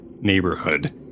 neighborhood